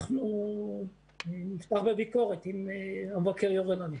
אנחנו נפתח בביקורת, אם המבקר יורה לנו.